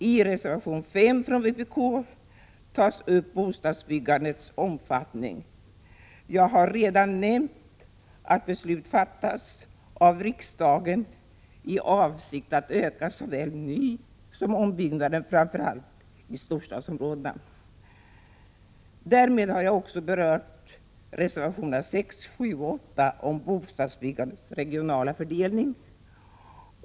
I reservation 5 tar vpk upp bostadsbyggandets omfattning. Jag har redan nämnt att beslut fattats av riksdagen i avsikt att öka såväl nysom ombyggnationer framför allt i storstadsområdena. Därmed har jag också berört reservationerna 6, 7 och 8 om bostadsbyggandets regionala fördelning.